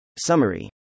Summary